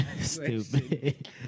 Stupid